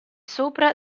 sopra